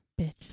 bitch